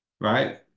right